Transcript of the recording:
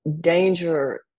danger